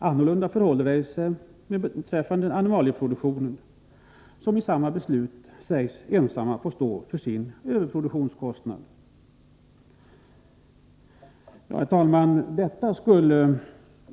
Annorlunda förhåller det sig beträffande animalieproducenterna, som enligt samma beslut ensamma får stå för sin överproduktionskostnad. Herr talman!